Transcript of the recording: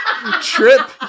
trip